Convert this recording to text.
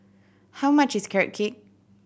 how much is Carrot Cake